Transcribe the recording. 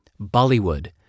Bollywood